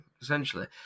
essentially